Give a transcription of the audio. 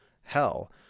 hell